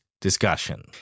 discussion